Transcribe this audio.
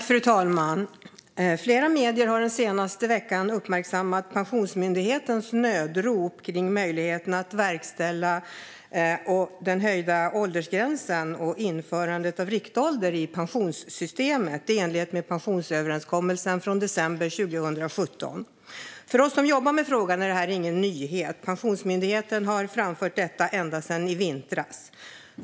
Fru talman! Flera medier har den senaste veckan uppmärksammat Pensionsmyndighetens nödrop gällande möjligheten att verkställa den höjda åldersgränsen och införandet av riktålder i pensionssystemet i enlighet med pensionsöverenskommelsen från december 2017. För oss som jobbar med frågan är det här ingen nyhet. Pensionsmyndigheten har framfört detta ända sedan i vintras.